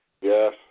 Yes